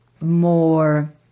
more